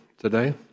today